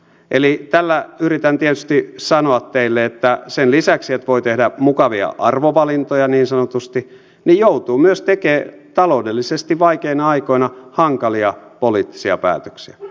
eli tällä yritän tietysti sanoa teille että sen lisäksi että voi tehdä mukavia arvovalintoja niin sanotusti joutuu myös tekemään taloudellisesti vaikeina aikoina hankalia poliittisia päätöksiä